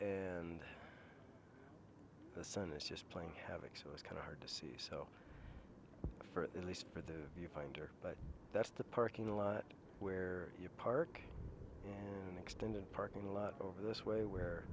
senate's just playing havoc so it's kind of hard to see so for at least for the viewfinder but that's the parking lot where you park an extended parking lot over this way where